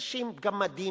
אנשים גמדים.